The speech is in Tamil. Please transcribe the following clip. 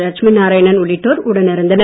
லட்சுமி நாராயணன் உள்ளிட்டோர் உடன் இருந்தனர்